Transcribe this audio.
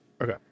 Okay